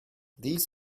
these